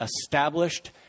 established